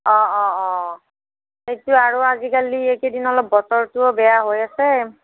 অ' অ' অ' সেইটো আৰু আজিকালি এইকেইদিন অলপ বতৰটোয়ো বেয়া হৈ আছে